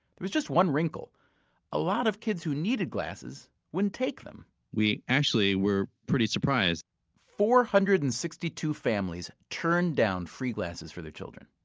there was just one wrinkle a lot of kids who needed glasses wouldn't take them we actually were pretty surprised four hundred and sixty-two families turned down free glasses for their children.